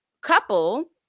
couple